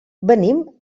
venim